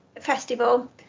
festival